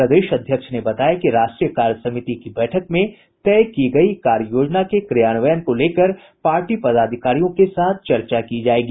प्रदेश अध्यक्ष ने बताया कि राष्ट्रीय कार्यसमिति की बैठक में तय की गयी कार्ययोजना के क्रियान्वयन को लेकर पार्टी पदाधिकारियों के साथ चर्चा की जायेगी